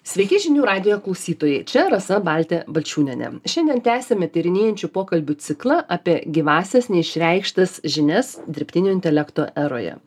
sveiki žinių radijo klausytojai čia rasa baltė balčiūnienė šiandien tęsiame tyrinėjančių pokalbių ciklą apie gyvąsias neišreikštas žinias dirbtinio intelekto eroje